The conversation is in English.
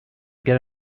get